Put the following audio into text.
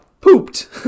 pooped